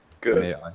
Good